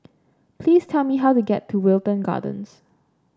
please tell me how to get to Wilton Gardens